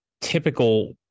typical